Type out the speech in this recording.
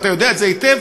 אתה יודע את זה היטב,